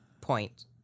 point